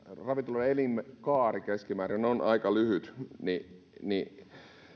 ravintoloiden elinkaari keskimäärin on aika lyhyt niin niin